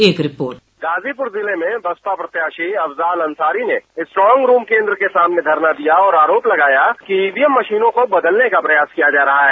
एक रिपोर्ट गाजीपुर जिले में बसपा प्रत्याशी अफजाल अंसारी ने स्ट्रांग रूम केन्द्र के सामने धरना दिया और आरोप लगाया कि ईवीएम मशीनों को बदलने का प्रयास किया जा रहा है